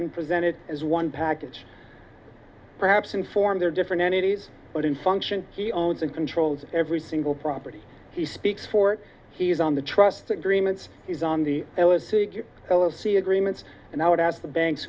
been presented as one package perhaps inform they're different entities but in function he owns and controls every single property he speaks for he is on the trust agreements he's on the l l c agreements and i would ask the banks